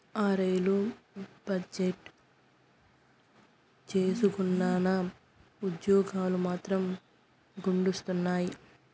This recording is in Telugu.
ఆ, రైలు బజెట్టు భేసుగ్గున్నా, ఉజ్జోగాలు మాత్రం గుండుసున్నా